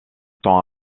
temps